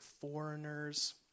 foreigners